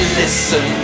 listen